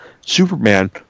Superman